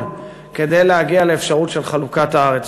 כדי להגיע לאפשרות של חלוקת הארץ.